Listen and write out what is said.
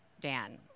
Dan